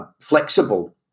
flexible